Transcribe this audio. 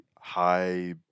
high